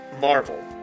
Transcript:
marvel